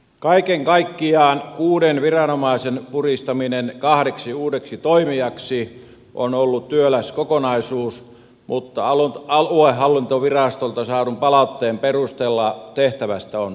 kaiken kaikkiaan kuuden viranomaisen puristaminen kahdeksi uudeksi toimijaksi on ollut työläs kokonaisuus mutta aluehallintovirastoilta saadun palautteen perusteella tehtävästä on suoriuduttu